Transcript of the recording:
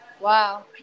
Wow